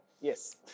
Yes